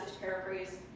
paraphrase